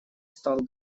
стал